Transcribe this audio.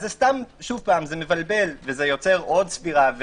זה מבלבל ויוצר עוד ספירה,